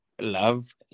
love